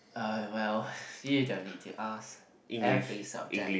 uh well you don't need to ask every subject